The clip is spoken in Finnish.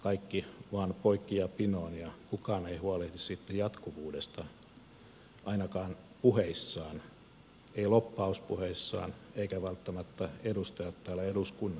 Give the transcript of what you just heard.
kaikki vaan poikki ja pinoon ja kukaan ei huolehdi sitten jatkuvuudesta ainakaan puheissaan ei lobbauspuheissaan eivätkä välttämättä edustajat täällä eduskunnassakaan kaikki